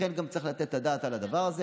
לכן, גם צריך לתת את הדעת על הדבר הזה.